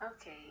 okay